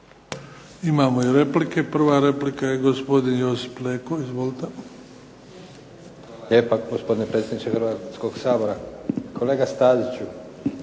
Imamo i replike. Prva replika je gospodin Josip Leko. Izvolite. **Leko, Josip (SDP)** Hvala lijepa, gospodine predsjedniče Hrvatskoga sabora. Kolega Staziću,